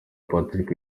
patrick